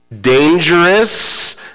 dangerous